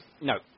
No